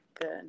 good